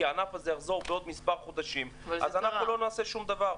כי הוא יחזור בעוד מספר חודשים - לא נעשה שום דבר.